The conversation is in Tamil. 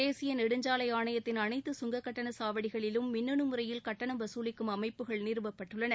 தேசிய நெடுஞ்சாலை ஆணையத்தின் அனைத்து கங்கக்கட்டண சாவடிகளிலும் மின்னனு முறையில் கட்டணம் வசூலிக்கும் அமைப்புகள் நிறுவப்பட்டுள்ளன